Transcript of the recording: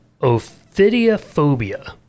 Ophidiophobia